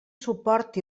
suport